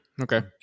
Okay